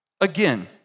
Again